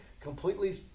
completely